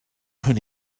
hwn